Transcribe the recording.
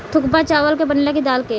थुक्पा चावल के बनेला की दाल के?